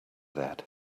that